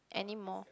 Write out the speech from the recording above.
anymore